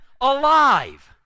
alive